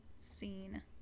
scene